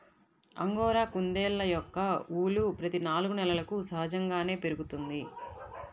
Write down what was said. angora కుందేళ్ళ యొక్క ఊలు ప్రతి నాలుగు నెలలకు సహజంగానే పెరుగుతుంది